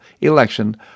election